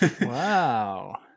Wow